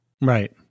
right